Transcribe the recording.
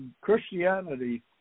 Christianity